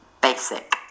basic